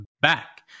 back